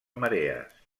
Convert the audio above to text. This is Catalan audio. marees